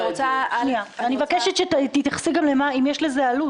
אני מבקשת שתצייני אם יש לזה עלות.